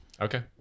Okay